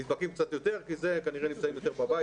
נדבקים קצת יותר כי כנראה נמצאים יותר בבית